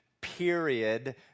period